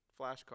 flashcard